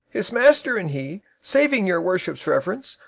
his master and he, saving your worship's reverence,